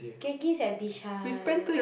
Genki is at Bishan